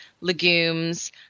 legumes